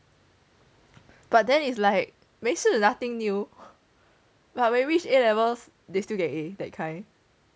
but then is like 没事 nothing new but when he reached A levels they still get A that kind